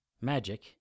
Magic